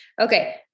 Okay